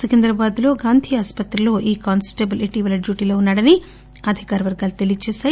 సికింద్రాబాద్లో గాంధీ ఆస్పత్రిలో ఈ కానిస్టేబుల్ ఇటీవల డ్యూటీలో ఉన్నా డని అధికార వర్గాలు తెలియచేసాయి